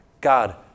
God